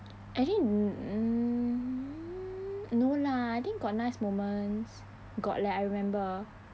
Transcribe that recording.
actually n~ no lah I think got nice moments got leh I remember